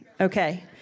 Okay